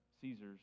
Caesar's